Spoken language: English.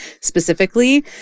specifically